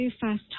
first